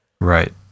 Right